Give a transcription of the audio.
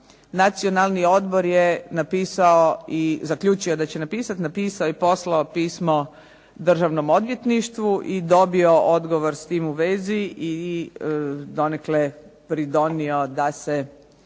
napisati, napisao i poslao pismo Državnom odvjetništvu i dobio odgovor s tim u vezi, i donekle pridonio da se